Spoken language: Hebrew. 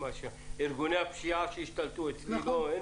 ארגוני הפשיעה שהשתלטו, אצלי אין